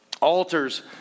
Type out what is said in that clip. Altars